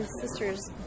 sister's